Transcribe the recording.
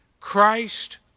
Christ